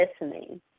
listening